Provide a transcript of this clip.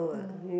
no